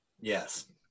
Yes